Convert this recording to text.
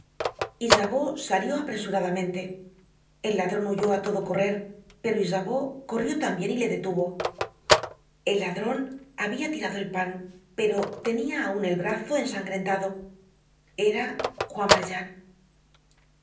y se retiró isabeau salió apresuradamente el ladron huyó á todo correr pero isabeau corrió tambien y le detuvo el ladron habia tirado el pan pero tenia aun el brazo ensangrentado era juan yaljean